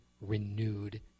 renewed